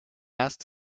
asked